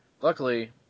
luckily